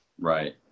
Right